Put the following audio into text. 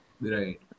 Right